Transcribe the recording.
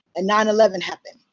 and nine eleven happened.